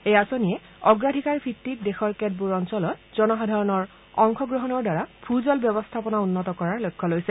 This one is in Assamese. এই আঁচনিয়ে অগ্ৰাধিকাৰ ভিত্তিত দেশৰ কেতবোৰ অঞ্চলত জনসাধাৰণৰ অংশগ্ৰহণৰ দ্বাৰা ভুজল ব্যৱস্থাপনা উন্নত কৰাৰ লক্ষ্য লৈছে